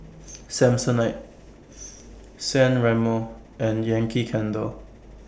Samsonite San Remo and Yankee Candle